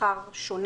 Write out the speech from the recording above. "השכר הממוצע"